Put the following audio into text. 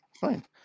Fine